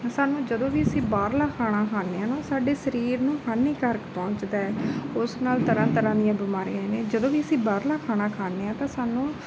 ਸਾਨੂੰ ਜਦੋਂ ਵੀ ਅਸੀਂ ਬਾਹਰਲਾ ਖਾਣਾ ਖਾਂਦੇ ਹਾਂ ਨਾ ਸਾਡੇ ਸਰੀਰ ਨੂੰ ਹਾਨੀਕਾਰਕ ਪਹੁੰਚਦਾ ਹੈ ਉਸ ਨਾਲ ਤਰ੍ਹਾਂ ਤਰ੍ਹਾਂ ਦੀਆਂ ਬਿਮਾਰੀਆਂ ਨੇ ਜਦੋਂ ਵੀ ਅਸੀਂ ਬਾਹਰਲਾ ਖਾਣਾ ਖਾਂਦੇ ਹਾਂ ਤਾਂ ਸਾਨੂੰ